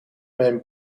mijn